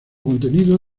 contenido